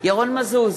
ירון מזוז,